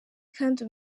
kandi